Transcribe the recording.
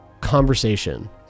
conversation